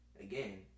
again